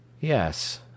Yes